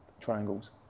triangles